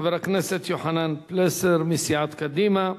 חבר הכנסת יוחנן פלסנר מסיעת קדימה,